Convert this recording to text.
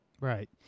Right